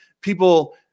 People